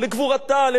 למלחמתה,